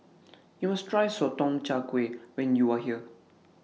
YOU must Try Sotong Char Kway when YOU Are here